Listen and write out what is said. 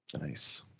Nice